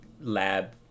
lab